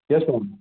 yes ma'am